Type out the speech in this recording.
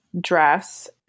Dress